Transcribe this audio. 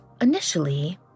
initially